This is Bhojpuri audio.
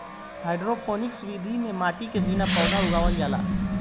हाइड्रोपोनिक्स विधि में माटी के बिना पौधा उगावल जाला